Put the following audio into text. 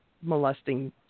molesting